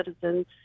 citizens